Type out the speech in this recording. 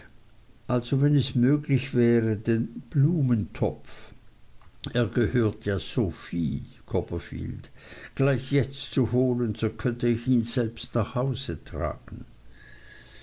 also wenn es möglich wäre den blumentopf er gehört ja sophie copperfield gleich jetzt zu holen so könnte ich ihn selbst nach hause tragen